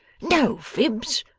no fibs.